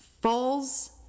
falls